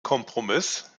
kompromiss